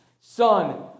Son